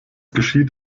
geschieht